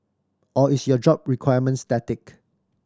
or is your job requirement static